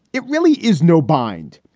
it really is no bind.